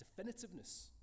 definitiveness